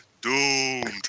Doomed